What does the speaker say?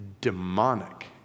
demonic